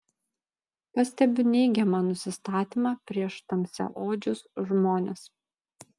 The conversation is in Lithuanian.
pastebiu neigiamą nusistatymą prieš tamsiaodžius žmones